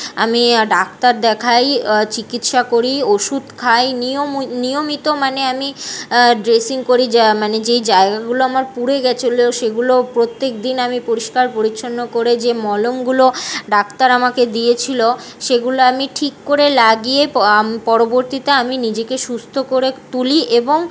আমি ডাক্তার দেখাই চিকিৎসা করি ওষুধ খাই নিয়ম নিয়মিত মানে আমি ড্রেসিং করি যা মানে যেই জায়গাগুলো আমার পুড়ে গিয়েছিল সেগুলো প্রত্যেকদিন আমি পরিষ্কার পরিচ্ছন্ন করে যে মলমগুলো ডাক্তার আমাকে দিয়েছিল সেগুলো আমি ঠিক করে লাগিয়ে পরবর্তীতে আমি নিজেকে সুস্থ করে তুলি এবং